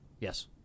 Yes